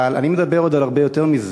אבל אני מדבר עוד על הרבה יותר מזה: